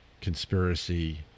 conspiracy